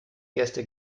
gäste